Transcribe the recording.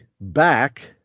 back